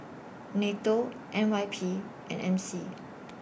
NATO N Y P and M C